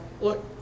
look